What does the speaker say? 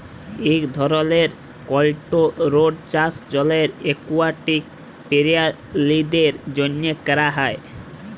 ইক ধরলের কলটোরোলড চাষ জলের একুয়াটিক পেরালিদের জ্যনহে ক্যরা হ্যয়